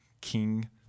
King